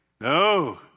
No